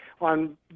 on